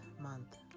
month